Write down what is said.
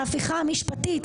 להפיכה המשפטית?